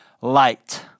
light